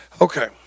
Okay